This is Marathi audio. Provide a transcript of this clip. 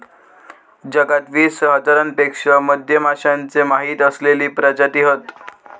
जगात वीस हजारांपेक्षा मधमाश्यांचे माहिती असलेले प्रजाती हत